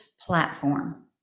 Platform